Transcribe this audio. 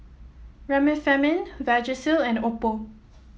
Remifemin Vagisil and Oppo